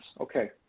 Okay